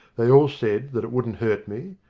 they all said that it wouldn't hurt me,